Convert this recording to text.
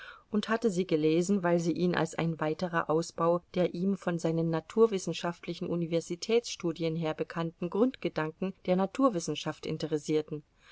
und hatte sie gelesen weil sie ihn als ein weiterer ausbau der ihm von seinen naturwissenschaftlichen universitätsstudien her bekannten grundgedanken der naturwissenschaft interessierten